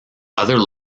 other